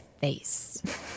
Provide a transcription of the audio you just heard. face